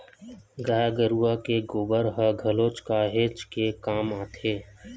गाय गरुवा के गोबर ह घलोक काहेच के काम आथे